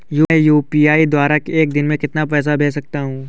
मैं यू.पी.आई द्वारा एक दिन में कितना पैसा भेज सकता हूँ?